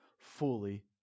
fully